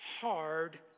hard